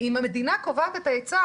אם המדינה קובעת את ההיצע,